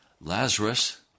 Lazarus